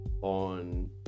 on